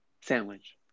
sandwich